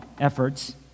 efforts